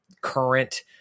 current